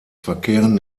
verkehren